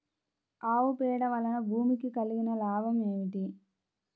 ఆవు పేడ వలన భూమికి కలిగిన లాభం ఏమిటి?